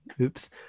oops